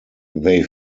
they